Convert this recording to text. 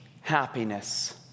happiness